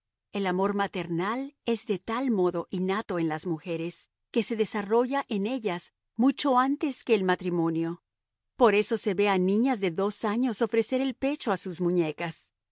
el amor maternal es de tal modo innato en las mujeres que se desarrolla en ellas mucho antes que el matrimonio por eso se ve a niñas de dos años ofrecer el pecho a sus muñecas